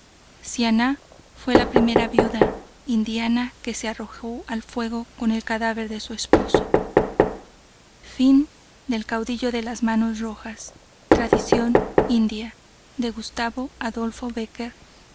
siannah fue la primera viuda indiana que se arrojó al fuego con el cadáver de su esposo el rayo de luna leyenda de soria de gustavo adolfo bécquer